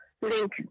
link